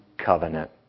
Covenant